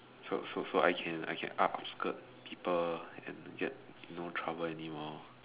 so so so I can I can up skirt people and get no trouble anymore